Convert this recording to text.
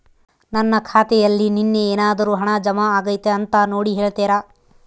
ನನ್ನ ಖಾತೆಯಲ್ಲಿ ನಿನ್ನೆ ಏನಾದರೂ ಹಣ ಜಮಾ ಆಗೈತಾ ಅಂತ ನೋಡಿ ಹೇಳ್ತೇರಾ?